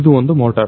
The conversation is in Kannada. ಇದು ಒಂದು ಮೋಟರ್